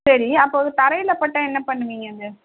சரி அப்போது தரையில் பட்டால் என்ன பண்ணுவீங்க அங்கே